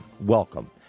Welcome